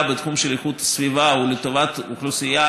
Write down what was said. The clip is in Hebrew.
בתחום של איכות הסביבה הוא לטובת האוכלוסייה,